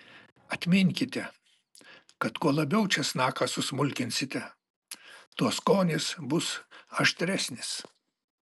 atminkite kad kuo labiau česnaką susmulkinsite tuo skonis bus aštresnis